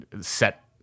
set